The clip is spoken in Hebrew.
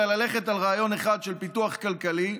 אלא ללכת על רעיון אחד של פיתוח כלכלי,